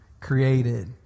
created